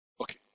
Okay